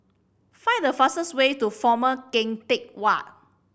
find the fastest way to Former Keng Teck Whay